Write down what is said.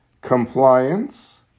compliance